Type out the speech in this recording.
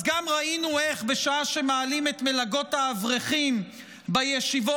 אז גם ראינו איך בשעה שמעלים את מלגות האברכים בישיבות,